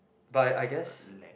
but I guess